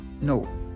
no